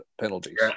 penalties